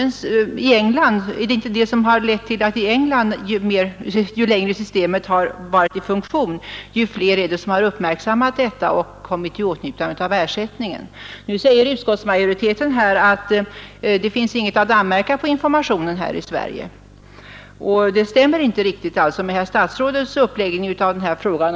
Också i England har utvecklingen varit sådan att ju längre systemet har varit i funktion, desto fler människor har RA uppmärksammat det och kommit i åtnjutande av ersättning. Nu säger SO Su utskottsmajoriteten att det inte finns något att anmärka på informationen här i Sverige. Det stämmer inte riktigt med herr statsrådets uppläggning av frågan.